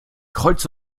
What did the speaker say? kreuz